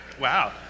wow